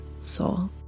soul